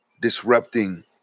disrupting